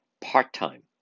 part-time